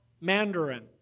Mandarin